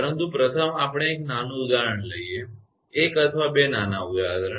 પરંતુ પ્રથમ આપણે એક નાનું ઉદાહરણ લઇએ બરાબર 1 અથવા 2 નાના ઉદાહરણ